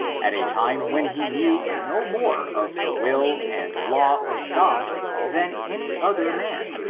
at a time when he knew no more of the will and law of god than any other man,